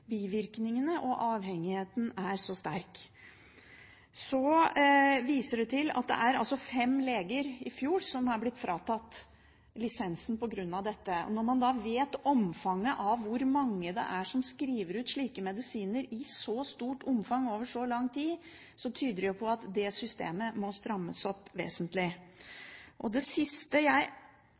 bivirkningene er så sterke, og avhengigheten er så sterk. Så vises det til at i fjor ble fem leger fratatt lisensen på grunn av dette. Når man vet omfanget av hvor mange det er som skriver ut slike medisiner i så stort omfang over så lang tid, tyder det på at det systemet må strammes opp vesentlig. Det siste jeg